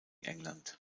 england